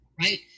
Right